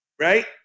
Right